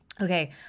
okay